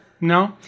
no